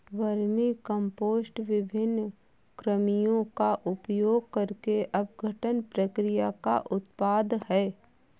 vermicompost विभिन्न कृमियों का उपयोग करके अपघटन प्रक्रिया का उत्पाद है